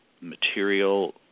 material